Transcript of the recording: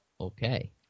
Okay